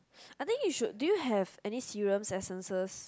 I think you should do you have any serum essences